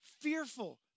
fearful